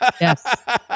Yes